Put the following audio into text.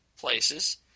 places